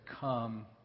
come